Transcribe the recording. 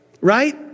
right